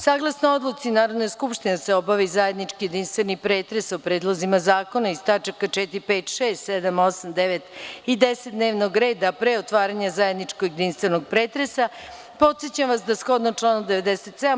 Saglasno Odluci Narodne skupštine da se obavi zajednički jedinstveni pretres o predlozima zakona iz tačaka 4, 5, 6, 7, 8, 9. i 10. dnevnog reda, a pre otvaranja zajedničkog jedinstvenog pretresa, podsećam vas da je shodno članu 97.